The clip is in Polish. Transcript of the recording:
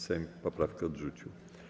Sejm poprawkę odrzucił.